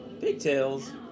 Pigtails